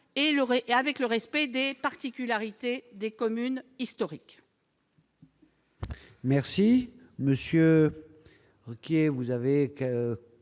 et il respecte les particularités des communes historiques.